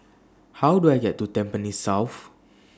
How Do I get to Tampines South